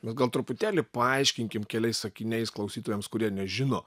mes gal truputėlį paaiškinkim keliais sakiniais klausytojams kurie nežino